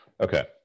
Okay